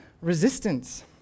resistance